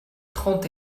trente